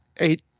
Eight